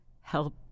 help